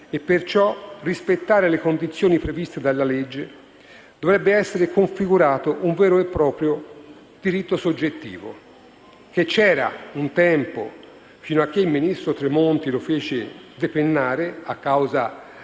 perciò, rispettate le condizioni previste dalla legge; dovrebbe essere configurato un vero e proprio diritto soggettivo, un diritto che c'era fino a che il ministro Tremonti lo fece depennare, a causa della *spending